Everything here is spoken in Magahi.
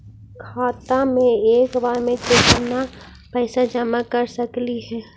खाता मे एक बार मे केत्ना पैसा जमा कर सकली हे?